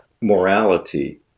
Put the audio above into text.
morality